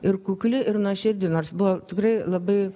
ir kukli ir nuoširdi nors buvo tikrai labai